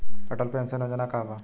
Atal pension Yojana का बा?